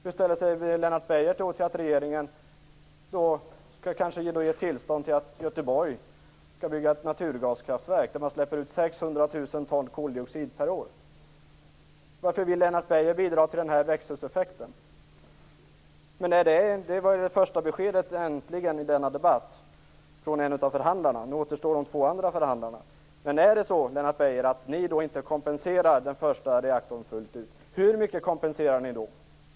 Hur ställer sig Lennart Beijer till att regeringen kanske ger Göteborg tillstånd att bygga ett naturgaskraftverk där man släpper ut 600 000 ton koldioxid per år? Varför vill Lennart Beijer bidra till den växthuseffekten? Nu kom äntligen det första beskedet från en av förhandlarna i denna debatt. Nu återstår de två andra förhandlarna. Lennart Beijer! Om ni inte kompenserar den första reaktorn fullt ut undrar jag hur mycket ni kompenserar.